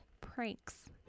pranks